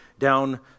down